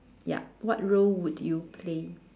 yup what role would you play